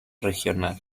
regional